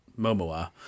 Momoa